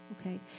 Okay